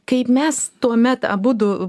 kaip mes tuomet abudu